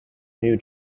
new